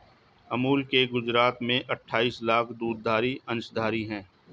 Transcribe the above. अमूल के गुजरात में अठाईस लाख दुग्धधारी अंशधारी है